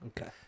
okay